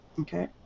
okay